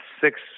six